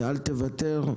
אל תוותר.